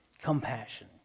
compassion